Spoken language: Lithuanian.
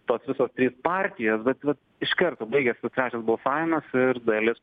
tos visos trys partijos bet vat iš karto baigės tas trečias balsavimas ir dalis